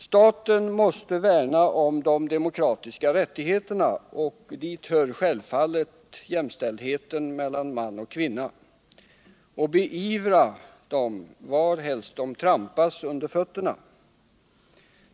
Staten måste värna om de demokratiska rättigheterna — och dit hör självfallet jämställdheten mellan man och kvinna — och beivra dem var helst de trampas under fötterna.